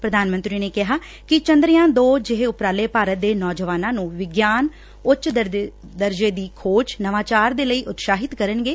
ਪੁਧਾਨ ਮੰਤਰੀ ਨੇ ਕਿਹਾ ਕਿ ਚੰਦਰਯਾਮ ਦੋ ਜਿਹੇ ਉਪਰਾਲੇ ਭਾਰਤ ਦੇ ਨੌਜਵਾਨਾਂ ਨੂੰ ਵਿਗਿਆਨ ਉੱਚ ਦਰਜੇ ਦੀ ਖੋਜ ਨਵਾਚਾਰ ਦੇ ਲਈ ਉਤਸ਼ਾਹਿਤ ਕਰਨਗੇ